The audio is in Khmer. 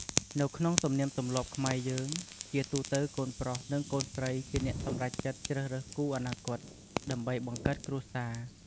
នៅក្នុងទំនៀមទំម្លាប់ខ្មែរយើង ជាទូទៅកូនប្រុស និងកូនស្រីជាអ្នកសម្រេចចិត្តជ្រើសរើសគូរអនាគត ដើម្បីបង្កើតគ្រួសារ។